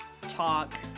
talk